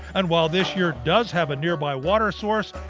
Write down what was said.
and while this yurt does have a nearby water source.